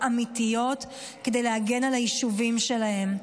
אמיתיות כדי להגן על היישובים שלהם.